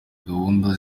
gahunda